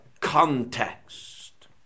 context